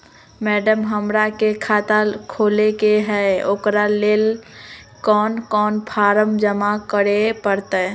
Madam, हमरा के खाता खोले के है उकरा ले कौन कौन फारम जमा करे परते?